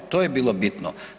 To je bilo bitno.